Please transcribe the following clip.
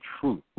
truth